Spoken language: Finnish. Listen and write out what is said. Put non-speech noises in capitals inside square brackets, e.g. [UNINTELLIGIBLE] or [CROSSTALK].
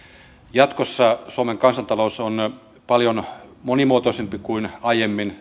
jatkossa suomen kansantalous on paljon monimuotoisempi kuin aiemmin [UNINTELLIGIBLE]